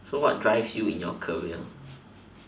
so what drives you in your career